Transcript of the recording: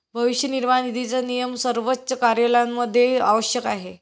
भविष्य निर्वाह निधीचा नियम सर्वच कार्यालयांमध्ये आवश्यक आहे